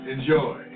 Enjoy